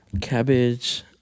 Cabbage